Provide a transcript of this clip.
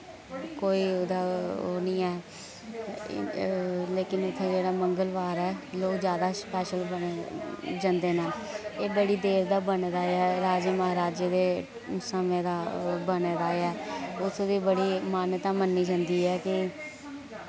कोई उ'दा ओह् निं ऐ लेकिन उत्थै जेह्ड़ा मंगलवार ऐ लोक जैदा स्पैशल जन्दे न एह् बड़ी देर दा बने दा ऐ राजे महाराजे दे समे दा बने दा ऐ उस दी बड़ी मान्यता मन्नी जंदी ऐ कि